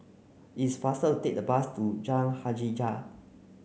is faster take the bus to Jalan Hajijah